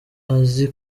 azi